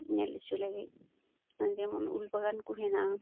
ᱧᱮᱞ ᱚᱪᱚ ᱞᱟᱹᱜᱤᱫ ᱡᱮᱢᱚᱱ ᱩᱞ ᱵᱟᱜᱟᱱᱠᱚ ᱦᱮᱱᱟᱜᱼᱟ